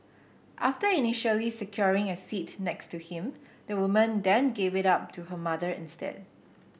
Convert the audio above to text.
after initially securing a seat next to him the woman then gave it up to her mother instead